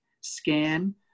scan